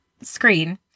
screen